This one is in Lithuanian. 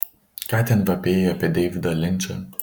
ką ten vapėjai apie deividą linčą